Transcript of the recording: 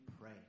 pray